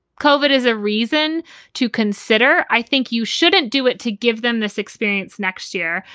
covid is a reason to consider i think you shouldn't do it to give them this experience next year,